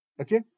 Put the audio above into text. okay